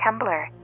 Tumblr